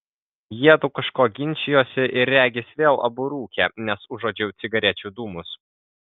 jiedu kažko ginčijosi ir regis vėl abu rūkė nes užuodžiau cigarečių dūmus